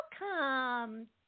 welcome